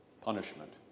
punishment